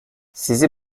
sizi